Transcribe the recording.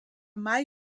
mai